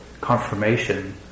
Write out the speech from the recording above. confirmation